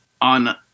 on